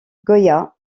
goya